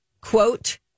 Quote